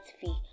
fee